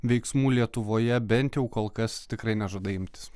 veiksmų lietuvoje bent jau kol kas tikrai nežada imtis